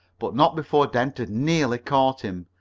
but not before dent had nearly caught him.